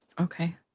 Okay